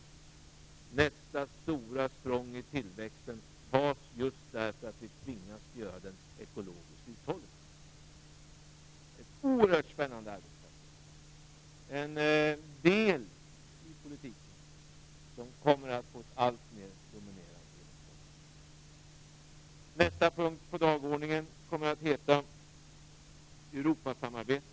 Nästa stora språng i tillväxten tas just därför att vi tvingas göra den ekologiskt uthållig. Det är ett oerhört spännande arbetsfält, en del i politiken som kommer att få ett alltmer dominerande genomslag. Nästa punkt på dagordningen kommer att heta Europasamarbete.